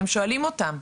האם שואלים אותם,